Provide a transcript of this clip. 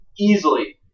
easily